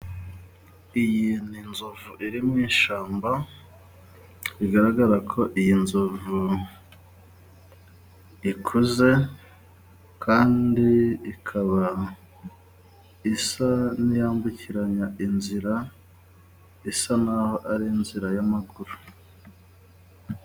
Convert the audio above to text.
Iyi ni inzovu iri mu ishamba, bigaragara ko iyi nzovu ikuze kandi ikaba isa n'iyambukiranya inzira ,isa n'aho ari inzira y'amaguru.